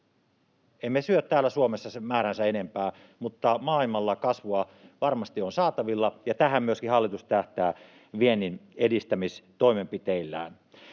Emme syö täällä Suomessa määräänsä enempää, mutta maailmalla kasvua varmasti on saatavilla, ja tähän myöskin hallitus tähtää viennin edistämistoimenpiteillään.